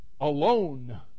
alone